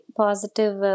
positive